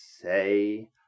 say